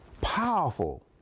Powerful